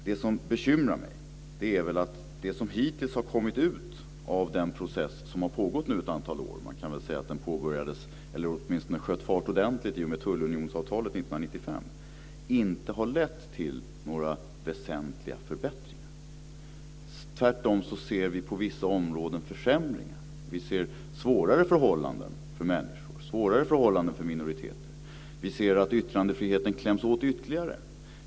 Det som bekymrar mig är att det som hittills har kommit ut av den process som nu har pågått under ett antal år - man kan säga att den sköt fart ordentligt i och med tullunionsavtalet 1995 - inte har lett till några väsentliga förbättringar. Tvärtom ser vi på vissa områden försämringar. Vi ser svårare förhållanden för människor och svårare förhållanden för minoriteter. Vi ser att yttrandefriheten kläms åt ytterligare.